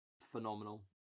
phenomenal